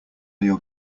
your